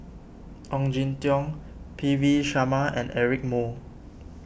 Ong Jin Teong P V Sharma and Eric Moo